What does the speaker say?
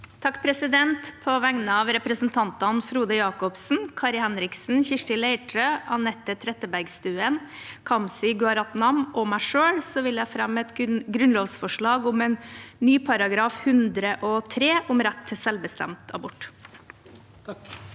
(A) På vegne av repre- sentantene Frode Jacobsen, Kari Henriksen, Kirsti Leirtrø, Anette Trettebergstuen, Kamzy Gunaratnam og meg selv vil jeg fremme grunnlovsforslag om ny § 103 om rett til selvbestemt abort.